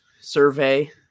survey